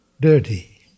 dirty